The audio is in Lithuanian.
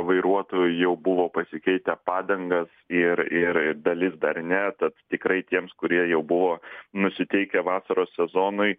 vairuotojų jau buvo pasikeitę padangas ir ir dalis dar ne tad tikrai tiems kurie jau buvo nusiteikę vasaros sezonui